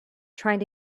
trying